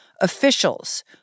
officials